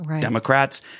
Democrats